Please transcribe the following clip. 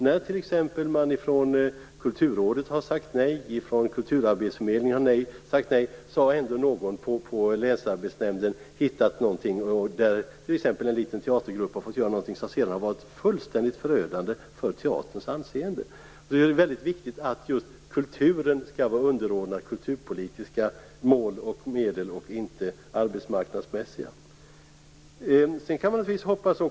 När t.ex. både Kulturrådet och kulturarbetsförmedlingen sagt nej kan ändå någon på länsarbetsnämnden låtit en liten teatergrupp göra någonting som blivit fullständigt förödande för teaterns anseende. Det är väsentligt att kulturen är underordnad kulturpolitiska mål och medel och inte arbetsmarknadspolitiken.